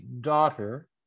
daughter